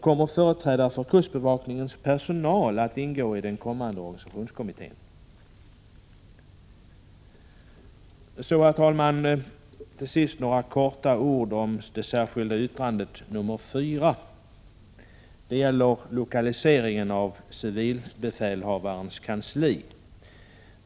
Kommer företrädare för kustbevakningens personal att ingå i den kommande organisationskommittén? Herr talman! Till sist några ord om det särskilda yttrandet nr 4. Det gäller lokaliseringen av civilbefälhavarens kansli.